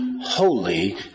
Holy